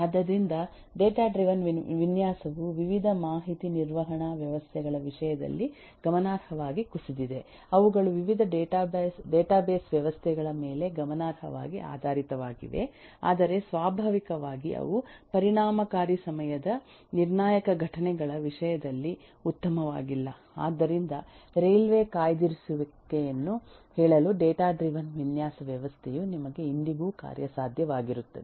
ಆದ್ದರಿಂದ data driven ವಿನ್ಯಾಸವು ವಿವಿಧ ಮಾಹಿತಿ ನಿರ್ವಹಣಾ ವ್ಯವಸ್ಥೆಗಳ ವಿಷಯದಲ್ಲಿ ಗಮನಾರ್ಹವಾಗಿ ಕುಸಿದಿದೆ ಅವುಗಳು ವಿವಿಧ ಡೇಟಾಬೇಸ್ ವ್ಯವಸ್ಥೆಗಳ ಮೇಲೆ ಗಮನಾರ್ಹವಾಗಿ ಆಧಾರಿತವಾಗಿವೆ ಆದರೆ ಸ್ವಾಭಾವಿಕವಾಗಿ ಅವು ಪರಿಣಾಮಕಾರಿ ಸಮಯದ ನಿರ್ಣಾಯಕ ಘಟನೆಗಳ ವಿಷಯದಲ್ಲಿ ಉತ್ತಮವಾಗಿಲ್ಲ ಆದ್ದರಿಂದ ರೈಲ್ವೆ ಕಾಯ್ದಿರಿಸುವಿಕೆಯನ್ನು ಹೇಳಲು ಡೇಟಾ ಡ್ರಿವನ್ ವಿನ್ಯಾಸ ವ್ಯವಸ್ಥೆಯು ನಿಮಗೆ ಇಂದಿಗೂ ಕಾರ್ಯಸಾಧ್ಯವಾಗಿರುತ್ತದೆ